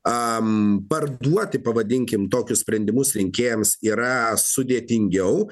parduoti pavadinkime tokius sprendimus rinkėjams yra sudėtingiau